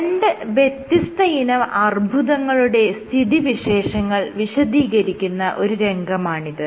രണ്ട് വ്യത്യസ്തയിനം അർബുദങ്ങളുടെ സ്ഥിതിവിശേഷങ്ങൾ വിശദീകരിക്കുന്ന ഒരു രംഗമാണിത്